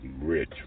rich